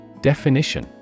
Definition